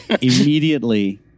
Immediately